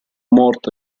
morte